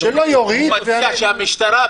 שהמשטרה,